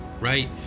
right